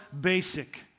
basic